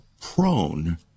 prone